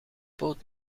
boot